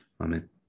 amen